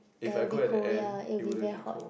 if I go at the end it would have been cold